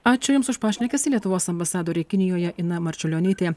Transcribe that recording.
ačiū jums už pašnekesį lietuvos ambasadorė kinijoje ina marčiulionytė